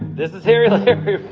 this is harry larry.